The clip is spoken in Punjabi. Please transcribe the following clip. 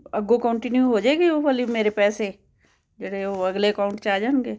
ਅੱਗੋਂ ਕੋਂਟੀਨਿਊ ਹੋ ਜਾਵੇਗੀ ਉਹ ਵਾਲੇ ਮੇਰੇ ਪੈਸੇ ਜਿਹੜੇ ਉਹ ਅਗਲੇ ਅਕਾਊਂਟ 'ਚ ਆ ਜਾਣਗੇ